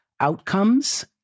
outcomes